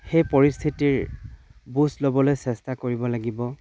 সেই পৰিস্থিতিৰ বুজ ল'বলৈ চেষ্টা কৰিব লাগিব